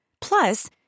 Plus